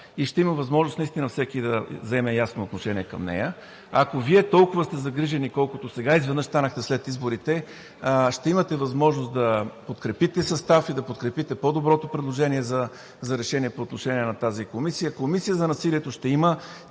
и ще има възможност наистина всеки да заеме ясно отношение към нея. Ако Вие толкова сте загрижени, колкото сега – изведнъж станахте след изборите, ще имате възможност да подкрепите състава и да подкрепите по-доброто предложение за решение по отношение на тази комисия. Комисия за насилието ще има.